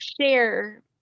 share